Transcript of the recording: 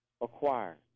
acquire